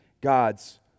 God's